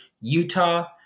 Utah